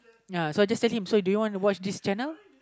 ya I just tell him so do you want to watch this channel